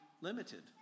limited